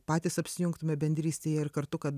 patys apsijungtume bendrystėje ir kartu kad